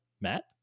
Matt